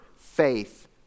faith